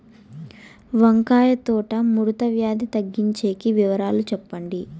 వంకాయ తోట ముడత వ్యాధి తగ్గించేకి వివరాలు చెప్పండి?